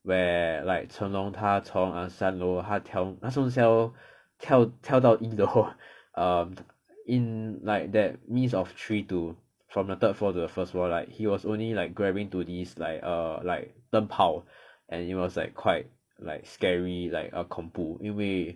where like chen long 他从三楼他跳他跳下楼跳跳到一楼 err in like that mist of three to from the third floor to the first floor like he was only like grabbing to this like err like 灯泡 and it was like quite like scary like um 恐怖 err 因为